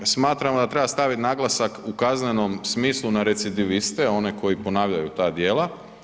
Smatramo da treba staviti naglasak u kaznenom smislu na recidiviste, oni koji ponavljaju ta djela.